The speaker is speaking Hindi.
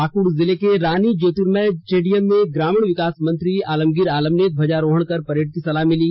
पाक्ड जिले के रानी ज्योर्तिमय स्टेडियम में ग्रामीण विकास मंत्री आलमगीर आलम ने ध्वजारोहण कर परेड की सलामी ली